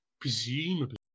presumably